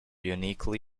uniquely